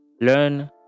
Learn